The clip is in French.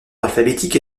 alphabétique